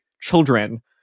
children